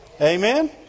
Amen